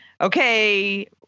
okay